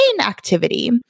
activity